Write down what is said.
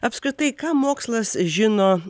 apskritai ką mokslas žino